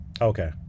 Okay